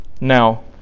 now